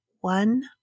one